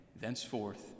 thenceforth